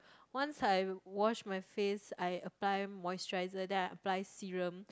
once I wash my face I apply moisturizer then I apply serum